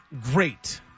great